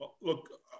Look